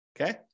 Okay